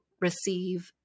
receive